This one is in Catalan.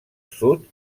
sud